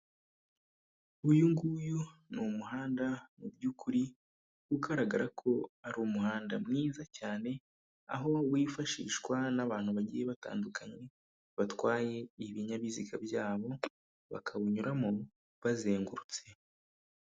Uyu nguyu ni umuhanda mubyukuri ugaragara ko ari umuhanda mwiza cyane, aho wifashishwa n'abantu bagiye batandukanye, batwaye ibinyabiziga byabo, bakawunyuramo bazengurutse.